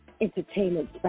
entertainment